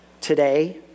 today